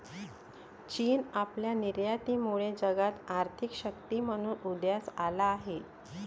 चीन आपल्या निर्यातीमुळे जगात आर्थिक शक्ती म्हणून उदयास आला आहे